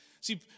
See